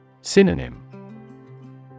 Synonym